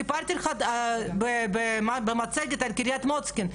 סיפרתי לך במצגת על קרית מוצקין.